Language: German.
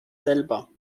selber